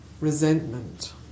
resentment